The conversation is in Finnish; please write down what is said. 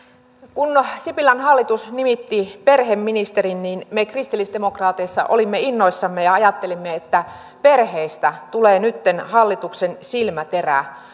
kun sipilän hallitus nimitti perheministerin niin me kristillisdemokraateissa olimme innoissamme ja ajattelimme että perheistä tulee nytten hallituksen silmäterä